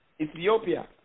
Ethiopia